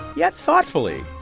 yet thoughtfully,